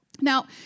Now